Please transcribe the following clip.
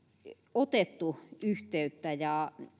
otettu yhteyttä ja